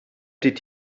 did